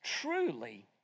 truly